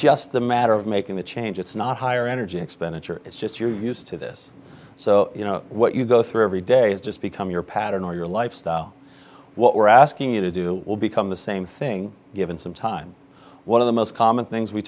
just a matter of making a change it's not higher energy expenditure it's just you're used to this so you know what you go through every day is just become your pattern or your lifestyle what we're asking you to do will become the same thing given some time one of the most common things we